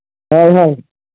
ᱦᱳᱭ ᱦᱳᱭ